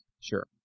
Sure